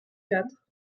quatre